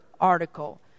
article